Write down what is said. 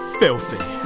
filthy